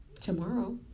Tomorrow